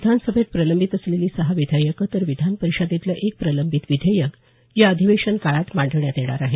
विधानसभेत प्रलंबित असलेली सहा विधेयकं तर विधानपरिषदेतलं एक प्रलंबित विधेयक या अधिवेशनकाळात मांडण्यात येणार आहे